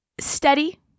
steady